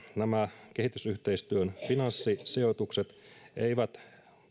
nämä kehitysyhteistyön finanssisijoitukset eivät